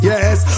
Yes